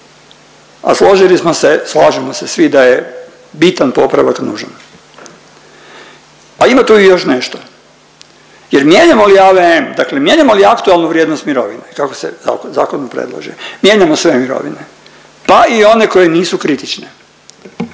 a složili smo se, slažemo se svi da je bitan popravak nužan. A ima tu i još nešto, jer mijenjamo li AVM dakle mijenjamo li aktualnu vrijednost mirovine kako se kao po zakonu predlaže, mijenjamo sve mirovine pa i one koje nisu kritične.